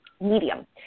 medium